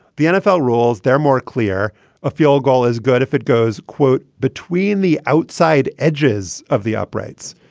the nfl rules, they're more clear a field goal is good if it goes, quote, between the outside edges of the uprights.